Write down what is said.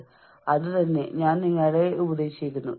അത് എത്ര പ്രധാനമാണെന്ന് അവർ നിങ്ങളോട് പറഞ്ഞേക്കില്ല